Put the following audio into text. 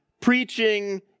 preaching